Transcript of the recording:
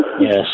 Yes